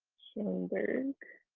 schoenberg